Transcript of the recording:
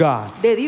God